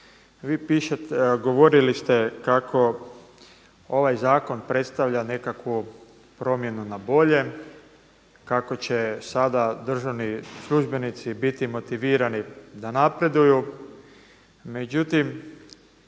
Jelkovac. Govorili ste kako ovaj zakon predstavlja nekakvu promjenu na bolje, kako će sada državni službenici biti motivirani da napreduju, međutim